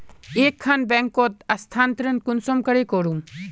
एक खान बैंकोत स्थानंतरण कुंसम करे करूम?